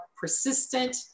persistent